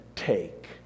take